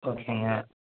ஓகேங்க